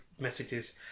messages